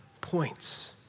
points